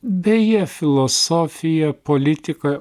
deja filosofija politika